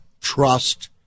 trust